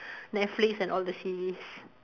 Netflix and all the series